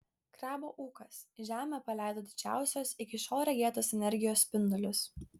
krabo ūkas į žemę paleido didžiausios iki šiol regėtos energijos spindulius